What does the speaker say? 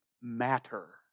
matter